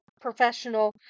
professional